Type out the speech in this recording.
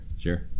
Sure